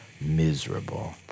miserable